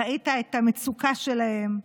ראית את המצוקה שלהם,